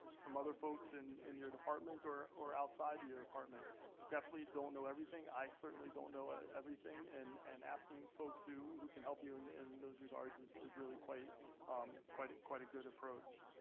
from other folks in in your department or or outside your apartment. you definitely don't know everything. i certainly don't know everything. and and asking folks who who can help you in in those regards is is really quite um quite a good approach.